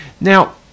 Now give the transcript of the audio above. Now